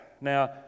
Now